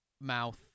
mouth